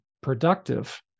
productive